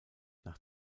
nach